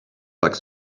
like